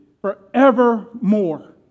forevermore